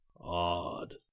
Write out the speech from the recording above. Odd